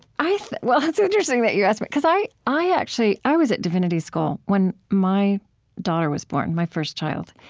i've well, it's interesting that you asked me, because i i actually i was at divinity school when my daughter was born, my first child,